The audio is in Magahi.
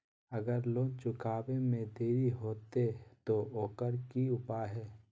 अगर लोन चुकावे में देरी होते तो ओकर की उपाय है?